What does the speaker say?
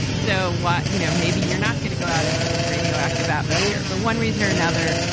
so what? you know, maybe you're not going to go out into this radioactive atmosphere, but one reason or another,